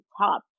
top